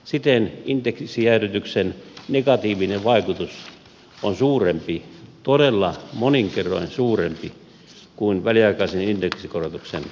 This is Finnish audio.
siten indeksijäädytyksen negatiivinen vaikutus on suurempi todella monin kerroin suurempi kuin väliaikaisen indeksikorotuksen vaikutus